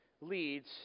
leads